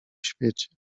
świecie